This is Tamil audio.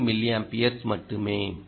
8 மில்லியம்பியர்ஸ் மட்டுமே